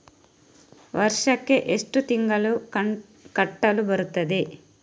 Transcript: ವರ್ಷಕ್ಕೆ ಎಷ್ಟು ತಿಂಗಳು ಕಟ್ಟಲು ಬರುತ್ತದೆ?